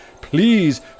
please